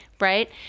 Right